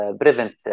prevent